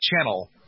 channel